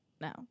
No